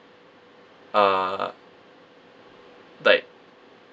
uh like